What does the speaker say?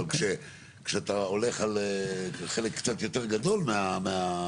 אבל כשאתה הולך על חלק קצת יותר גדול מזה.